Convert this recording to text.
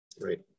right